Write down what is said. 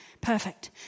perfect